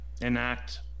enact